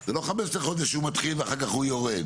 זה לא 15 חודש שהוא מתחיל ואחר כך הוא יורד.